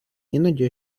іноді